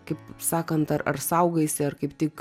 kaip sakant ar ar saugaisi ar kaip tik